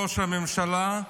ראש הממשלה,